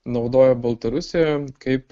naudoja baltarusiją kaip